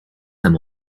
them